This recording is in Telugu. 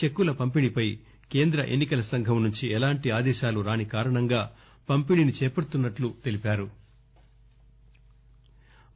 చెక్కుల పంపిణీపై కేంద్ర ఎన్పికల సంఘం నుంచి ఎలాంటి ఆదేశాలు రాని కారణంగా పంపిణీని చేపడుతున్నట్లు చెప్పారు